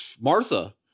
Martha